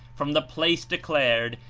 from the place declared,